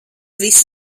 visu